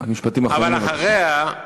משפטים אחרונים, בבקשה.